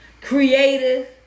creative